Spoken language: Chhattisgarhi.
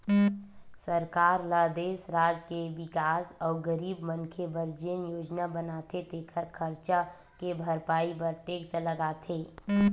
सरकार ल देस, राज के बिकास अउ गरीब मनखे बर जेन योजना बनाथे तेखर खरचा के भरपाई बर टेक्स लगाथे